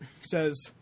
says